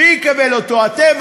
מי יקבל אותו, אתם?